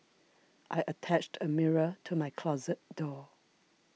I attached a mirror to my closet door